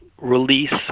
release